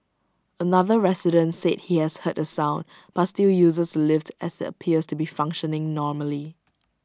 another resident said he has heard the sound but still uses the lift as IT appears to be functioning normally